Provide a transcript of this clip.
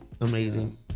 amazing